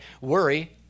Worry